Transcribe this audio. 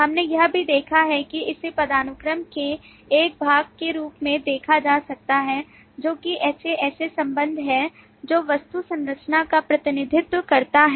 हमने यह भी देखा है कि इसे पदानुक्रम के एक भाग के रूप में देखा जा सकता है जो कि HAS A संबंध है जो वस्तु संरचना का प्रतिनिधित्व करता है